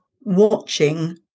watching